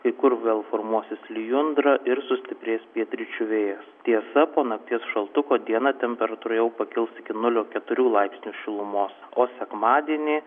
kai kur vėl formuosis lijundra ir sustiprės pietryčių vėjas tiesa po nakties šaltuko dieną temperatūra jau pakils iki nulio keturių laipsnių šilumos o sekmadienį